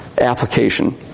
application